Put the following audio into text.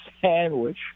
sandwich